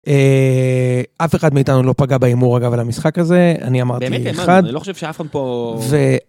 אף אחד מאיתנו לא פגע בהימור אגב על המשחק הזה אני אמרתי אחד לא חושב שאף אחד פה.